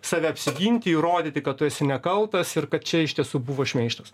save apsiginti įrodyti kad tu esi nekaltas ir kad čia iš tiesų buvo šmeižtas